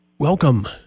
Welcome